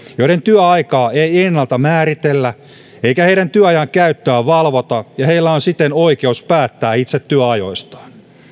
joiden työaikaa ei ennalta määritellä ja joiden työajan käyttöä ei valvota ja joilla on siten oikeus päättää itse työajoistaan